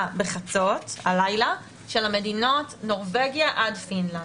בחצות הלילה של המדינות נורבגיה עד פינלנד.